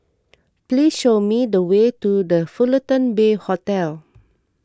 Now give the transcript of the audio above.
please show me the way to the Fullerton Bay Hotel